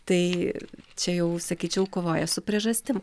tai čia jau sakyčiau kovoja su priežastim